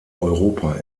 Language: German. europa